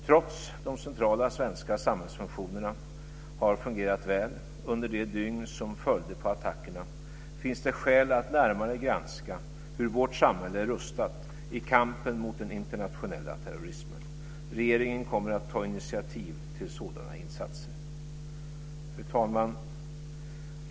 Trots att de centrala svenska samhällsfunktionerna har fungerat väl under de dygn som följde på attackerna, finns det skäl att närmare granska hur vårt samhälle är rustat i kampen mot den internationella terrorismen. Regeringen kommer att ta initiativ till sådana insatser. Fru talman!